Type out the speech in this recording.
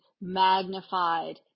magnified